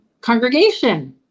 congregation